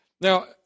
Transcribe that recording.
Now